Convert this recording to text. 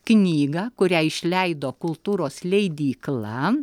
knygą kurią išleido kultūros leidykla